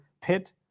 pit